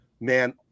man